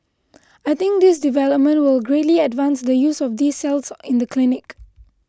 I think this development will greatly advance the use of these cells in the clinic